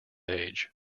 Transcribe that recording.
age